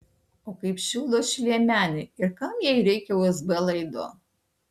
o kaip šildo ši liemenė ir kam jai reikia usb laido